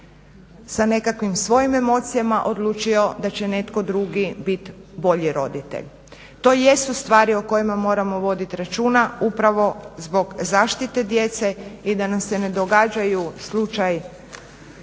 sa nekakvim svojim emocijama odlučio da će netko drugi biti bolji roditelj. To jesu stvari o kojima moramo voditi računa upravo zbog zaštite djece i da nam se ne događaju slučaj